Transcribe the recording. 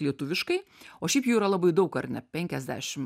lietuviškai o šiaip jų yra labai daug ar ne penkiasdešim